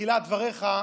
בתחילת דבריך,